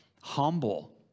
humble